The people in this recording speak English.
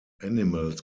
animals